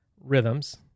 rhythms